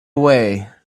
away